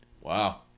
Wow